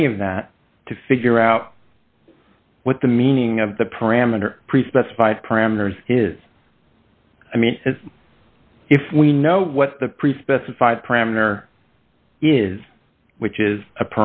any of that to figure out what the meaning of the parameter pre specified parameters is i mean if we know what the pre specified parameter is which is a